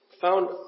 found